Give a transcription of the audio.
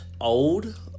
old